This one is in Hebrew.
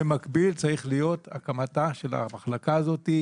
במקביל צריך להיות הקמתה של המחלקה הזאת,